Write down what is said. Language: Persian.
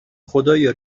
خدایا